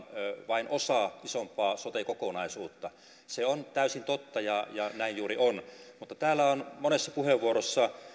vain osa isompaa sote kokonaisuutta se on täysin totta ja näin juuri on mutta täällä on monessa puheenvuorossa